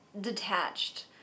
detached